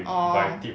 orh